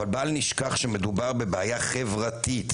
אבל בל נשכח שמדובר בבעיה חברתית.